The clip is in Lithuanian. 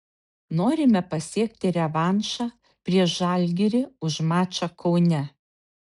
norime pasiekti revanšą prieš žalgirį už mačą kaune